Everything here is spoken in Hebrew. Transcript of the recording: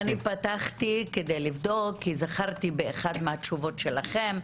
אני פתחתי כדי לבדוק כי זכרתי באחד מהתשובות שלכם,